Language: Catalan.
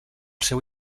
seu